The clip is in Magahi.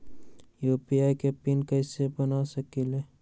यू.पी.आई के पिन कैसे बना सकीले?